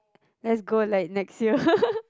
let's go like next year